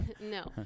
no